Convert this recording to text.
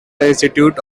institute